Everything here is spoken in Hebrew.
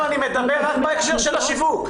אני מדבר רק בהקשר של השיווק,